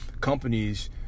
companies